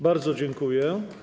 Bardzo dziękuję.